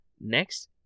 Next